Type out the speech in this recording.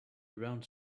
around